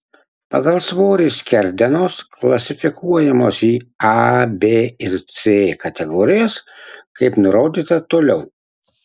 pagal svorį skerdenos klasifikuojamos į a b ir c kategorijas kaip nurodyta toliau